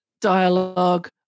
dialogue